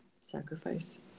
sacrifice